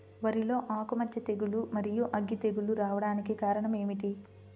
వరిలో ఆకుమచ్చ తెగులు, మరియు అగ్గి తెగులు రావడానికి కారణం ఏమిటి?